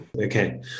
okay